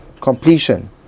completion